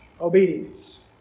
obedience